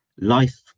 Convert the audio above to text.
life